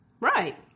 Right